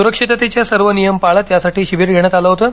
सुरक्षिततेचे सर्व नियम पाळत यासाठी शिवीर घेण्यात आल होतं